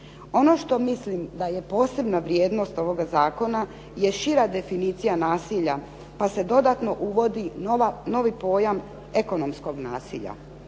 Ono što mislim da je posebna vrijednost ovoga zakona je šira definicija nasilja pa se dodatno uvodi novi pojam ekonomskog nasilja.